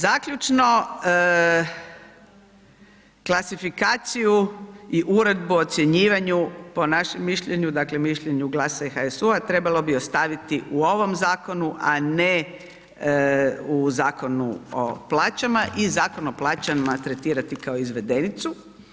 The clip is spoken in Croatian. Zaključno, klasifikaciju i uredbu o ocjenjivanju po našem mišljenju, dakle mišljenju GLAS-a i HSU-a trebalo bi ostaviti u ovom zakonu, a ne u Zakonu o plaćama i Zakon o plaćama tretirati kao izvedenicu.